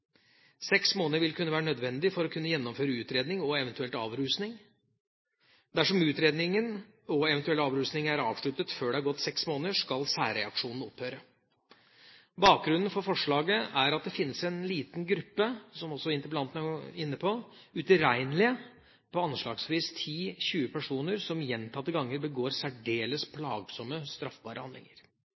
Seks måneder vil kunne være nødvendig for å kunne gjennomføre utredning og eventuell avrusning. Dersom utredning og eventuell avrusning er avsluttet før det er gått seks måneder, skal særreaksjonen opphøre. Bakgrunnen for forslaget er at det fins en liten gruppe utilregnelige, som også interpellanten er inne på, på anslagsvis 10–20 personer som gjentatte ganger begår særdeles plagsomme straffbare handlinger.